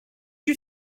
you